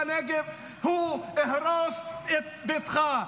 בנגב הוא הרוס את ביתך.